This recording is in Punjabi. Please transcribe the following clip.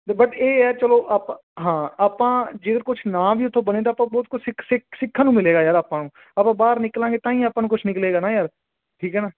ਅਤੇ ਬਟ ਇਹ ਹੈ ਚਲੋ ਆਪਾਂ ਹਾਂ ਆਪਾਂ ਜੇ ਕੁਛ ਨਾ ਵੀ ਉੱਥੋਂ ਬਣੇ ਤਾਂ ਆਪਾਂ ਬਹੁਤ ਕੁਛ ਸਿੱਖ ਸਿੱਖ ਸਿੱਖਣ ਨੂੰ ਮਿਲੇਗਾ ਯਾਰ ਆਪਾਂ ਨੂੰ ਆਪਾਂ ਬਾਹਰ ਨਿਕਲਾਂਗੇ ਤਾਂ ਹੀ ਆਪਾਂ ਨੂੰ ਕੁਛ ਨਿਕਲੇਗਾ ਨਾ ਯਾਰ ਠੀਕ ਹੈ ਨਾ